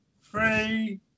three